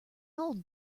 old